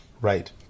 Right